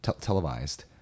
televised